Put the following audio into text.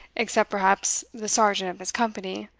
except perhaps the sergeant of his company,